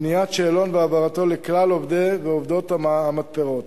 בניית שאלון והעברתו לכלל עובדי ועובדות המתפרות.